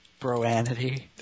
Broanity